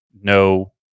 no